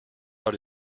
out